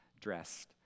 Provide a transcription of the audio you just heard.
dressed